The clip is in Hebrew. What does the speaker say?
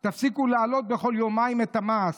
/ תפסיקו לעלות בכל יומיים את המס.